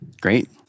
Great